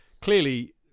Clearly